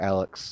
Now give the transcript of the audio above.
Alex